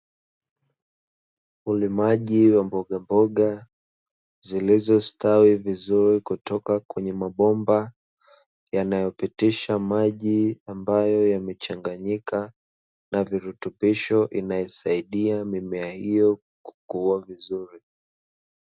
Ulimaji wa mboga mboga zilizostawi vizuri kutoka kwenye mabomba yanayopitisha maji ambayo yamechanganyika na virutubisho inayoisaidia mimea hiyo kukua vizuri.